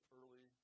early